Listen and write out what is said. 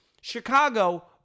Chicago